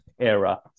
era